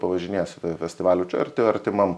pavažinėjęs festivalių čia arti artimam